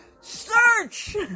search